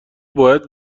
باید